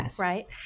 right